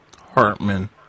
Hartman